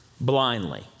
blindly